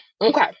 Okay